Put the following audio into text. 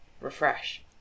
refresh